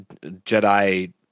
Jedi